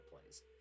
plays